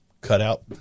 cutout